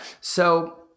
so-